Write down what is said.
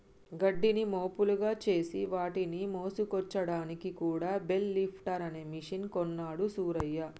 గడ్డిని మోపులుగా చేసి వాటిని మోసుకొచ్చాడానికి కూడా బెల్ లిఫ్టర్ అనే మెషిన్ కొన్నాడు సూరయ్య